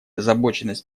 озабоченность